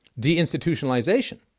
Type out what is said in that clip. Deinstitutionalization